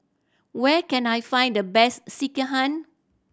where can I find the best Sekihan